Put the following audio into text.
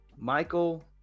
Michael